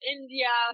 India